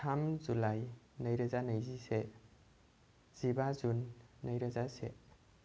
थाम जुलाइ नै रोजा नैजिसे जिबा जुन नै रोजा से